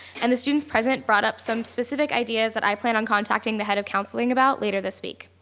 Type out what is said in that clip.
and the students present brought up some specific ideas that i plan on contacting the head of counseling about later this week.